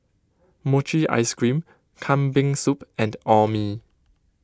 Mochi Ice Cream Kambing Soup and Orh Nee